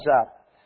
up